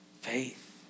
faith